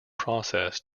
process